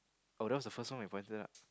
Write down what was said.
oh that was the first one I pointed out